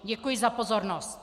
Děkuji za pozornost.